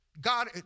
God